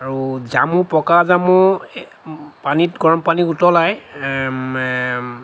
আৰু জামু পকা জামু পানীত গৰম পানী উতলাই